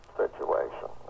situation